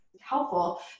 helpful